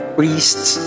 priests